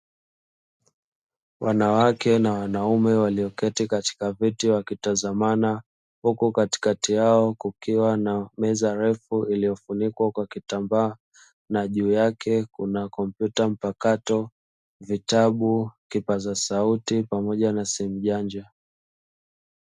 Wanawake na wanaume walioketi katika viti wakitazamana huku katikati yao kukiwa na meza refu iliyofunikwa kwa kitambaa na juu yake kuna kompyuta mpakato, vitabu, kipaza sauti pamoja na simu janja.